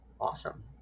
awesome